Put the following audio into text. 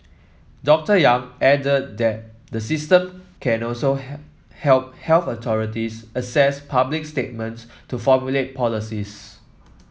Doctor Yang added that the system can also help health authorities assess public sentiment to formulate policies